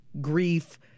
grief